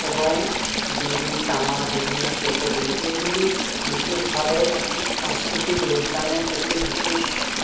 এবং বিড়ি তামাক বিভিন্ন শিল্পগুলি এগুলি বিশেষভাবে একটি সাংস্কৃতিক রূপদানের ক্ষেত্রে বিশেষ